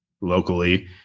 locally